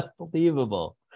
unbelievable